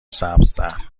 سبزتر